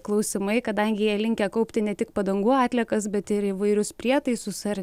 klausimai kadangi jie linkę kaupti ne tik padangų atliekas bet ir įvairius prietaisus ar